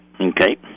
Okay